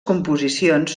composicions